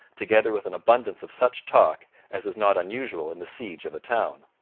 together with an abundance of such talk as is not unusual in the siege of a town.